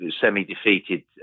semi-defeated